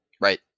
Right